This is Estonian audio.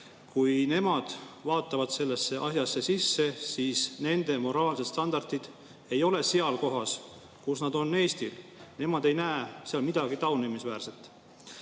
kui nemad vaatavad sellesse asja sisse, siis nende moraalsed standardid ei ole seal kohas, kus need on Eestil, ja nemad ei näe seal midagi taunimisväärset. Siit